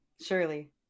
Surely